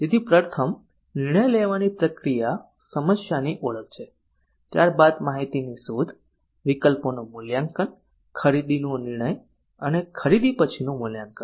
તેથી પ્રથમ નિર્ણય લેવાની પ્રક્રિયા સમસ્યાની ઓળખ છે ત્યારબાદ માહિતીની શોધ વિકલ્પોનું મૂલ્યાંકન ખરીદીનો નિર્ણય અને ખરીદી પછીનું મૂલ્યાંકન